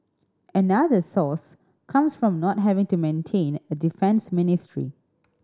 another source comes from not having to maintain a defence ministry